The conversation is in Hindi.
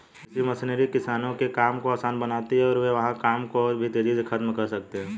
कृषि मशीनरी किसानों के काम को आसान बनाती है और वे वहां काम को और भी तेजी से खत्म कर सकते हैं